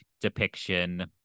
depiction